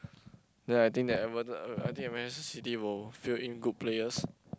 ya I think that Everton I think Manchester-City will fill in good players